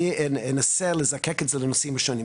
אני אנסה לזקק את זה לנושאים שונים.